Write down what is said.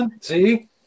see